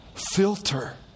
filter